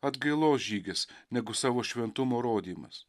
atgailos žygis negu savo šventumo rodymas